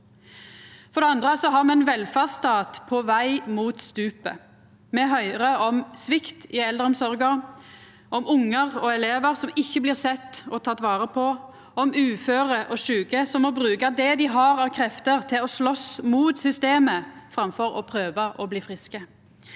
For det andre har me ein velferdsstat på veg mot stupet. Me høyrer om svikt i eldreomsorga, om ungar og elevar som ikkje blir sett eller tekne vare på, og om uføre og sjuke som må bruka det dei har av krefter, til å slåst mot systemet framfor å prøva å bli friske.